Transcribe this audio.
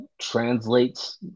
translates